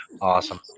Awesome